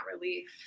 relief